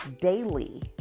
daily